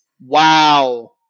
Wow